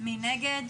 מי נגד?